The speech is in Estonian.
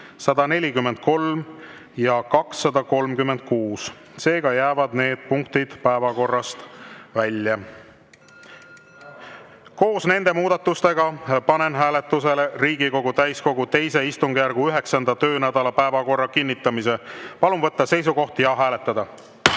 143 ja 236. Seega jäävad need punktid päevakorrast välja. Head kolleegid, koos nende muudatustega panen hääletusele Riigikogu täiskogu II istungjärgu 9. töönädala päevakorra kinnitamise. Palun võtta seisukoht ja hääletada!